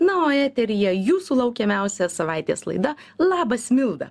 na o eteryje jūsų laukiamiausia savaitės laida labas milda